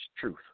truth